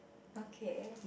okay